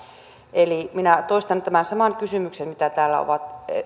eli minä toistan tämän saman kysymyksen mitä täällä ovat